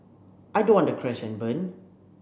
I don't want to crash and burn